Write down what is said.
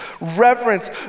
Reverence